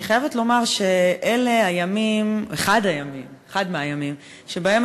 אני חייבת לומר שזה אחד מהימים שבהם